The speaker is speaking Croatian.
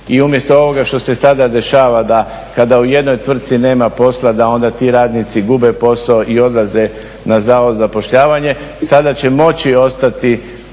i umjesto ovoga što se sada dešava da kada u jednoj tvrtci nema posla da onda ti radnici gube posao i odlaze na Zavod za zapošljavanje, sada će moći ostati